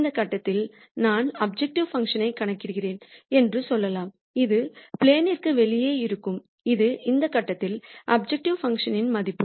இந்த கட்டத்தில் நான் அப்ஜெக்டிவ் பங்க்ஷன் ஐ கணக்கிடுகிறேன் என்று சொல்லலாம் இது ப்ளேன் ற்கு வெளியே இருக்கும் இது இந்த கட்டத்தில் அப்ஜெக்டிவ் பங்க்ஷன்னின் மதிப்பு